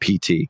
pt